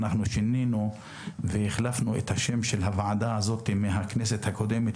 אנחנו שינינו והחלפנו את שם הוועדה הזאת מהכנסת הקודמת,